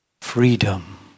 Freedom